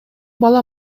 бала